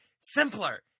simpler